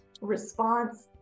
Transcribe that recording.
response